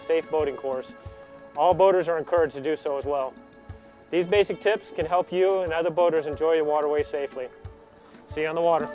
a safe boating course all boaters are encouraged to do so as well these basic tips can help you and other boaters enjoy a waterway safely say on the water